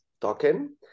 token